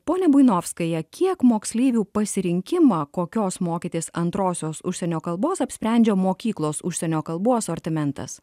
ponia buinovskaja kiek moksleivių pasirinkimą kokios mokytis antrosios užsienio kalbos apsprendžia mokyklos užsienio kalbų asortimentas